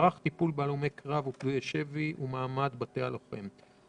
מערך טיפול בהלומי קרב ופדויי שבי ומעמד בתי הלוחם.